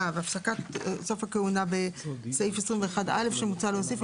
וסוף הכהונה בסעיף 21א שמוצע להוסיף.